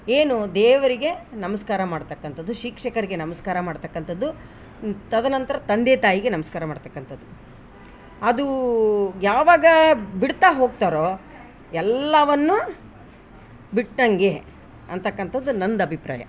ಏನು ದೇವರಿಗೆ ನಮಸ್ಕಾರ ಮಾಡ್ತಕ್ಕಂಥದ್ದು ಶಿಕ್ಷಕರಿಗೆ ನಮಸ್ಕಾರ ಮಾಡ್ತಕ್ಕಂಥದ್ದು ತದ ನಂತರ ತಂದೆ ತಾಯಿಗೆ ನಮಸ್ಕಾರ ಮಾಡ್ತಕ್ಕಂಥದ್ದು ಅದು ಯಾವಾಗ ಬಿಡ್ತಾ ಹೋಗ್ತಾರೋ ಎಲ್ಲಾವನ್ನು ಬಿಟ್ಟಂಗೆ ಅಂತಕ್ಕಂಥದ್ದು ನಂದು ಅಭಿಪ್ರಾಯ